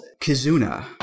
Kizuna